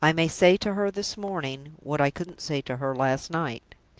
i may say to her this morning what i couldn't say to her last night.